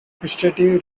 vegetative